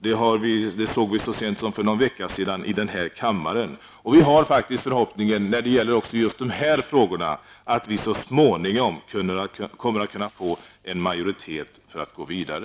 Det såg vi så sent som för någon vecka sedan i den här kammaren. Vi har faktiskt förhoppningen att vi också när det gäller de nu aktuella frågorna så småningom kommer att kunna få en majoritet för att gå vidare.